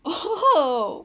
oh